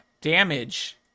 Damage